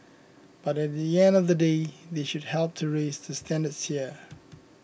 but at the end of the day they should help to raise the standards here